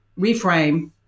reframe